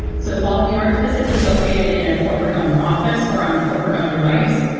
so while we aren't physically located in a corporate owned office or on a corporate owned device,